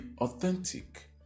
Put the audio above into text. authentic